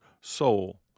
soul